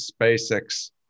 SpaceX